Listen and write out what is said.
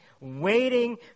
waiting